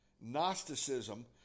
Gnosticism